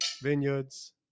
Vineyards